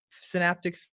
synaptic